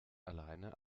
alleine